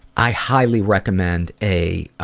i highly recommend a